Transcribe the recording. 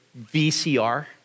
VCR